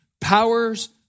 powers